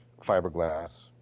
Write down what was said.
fiberglass